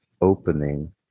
opening